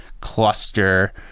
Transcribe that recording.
cluster